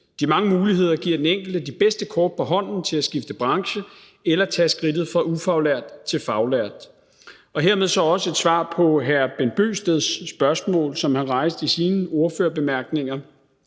De mange muligheder giver den enkelte de bedste kort på hånden til at skifte branche eller tage skridtet fra ufaglært til faglært. Det er så hermed også et svar på hr. Bent Bøgsteds spørgsmål, som han rejste i sine ordførerbemærkninger: